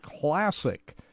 classic